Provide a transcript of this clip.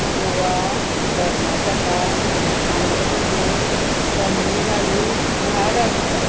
Goa Karnataka Andhra Pradesh Tamil Nadu Maharashtra